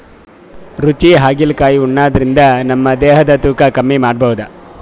ರುಚಿ ಹಾಗಲಕಾಯಿ ಉಣಾದ್ರಿನ್ದ ನಮ್ ದೇಹದ್ದ್ ತೂಕಾ ಕಮ್ಮಿ ಮಾಡ್ಕೊಬಹುದ್